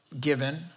given